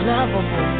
Lovable